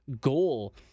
goal